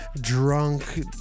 drunk